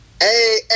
Hey